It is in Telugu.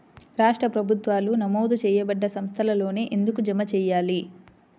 రాష్ట్ర ప్రభుత్వాలు నమోదు చేయబడ్డ సంస్థలలోనే ఎందుకు జమ చెయ్యాలి?